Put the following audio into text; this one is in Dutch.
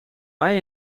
mij